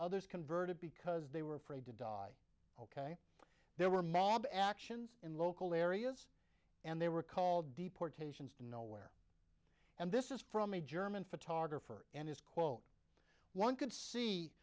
others converted because they were afraid to die ok there were mob actions in local areas and they were called deportations to nowhere and this is from a german photographer and his quote one could see